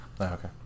Okay